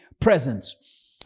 presence